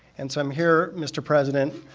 and so i'm here, mr. president,